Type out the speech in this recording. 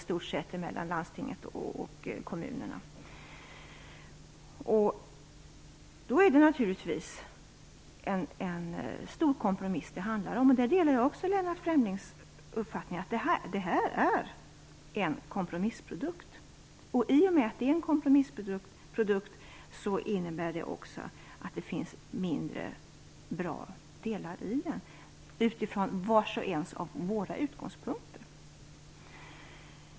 Det handlar naturligtvis i hög grad om en kompromiss. Jag delar Lennart Fremlings uppfattning att detta är en kompromissprodukt. I och med att det är en kompromissprodukt finns det mindre bra delar i den utifrån vars och ens av våra utgångspunkter.